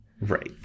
Right